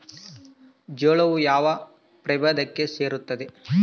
ಜೋಳವು ಯಾವ ಪ್ರಭೇದಕ್ಕೆ ಸೇರುತ್ತದೆ?